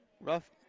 Rough